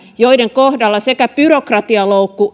joiden kohdalla byrokratialoukku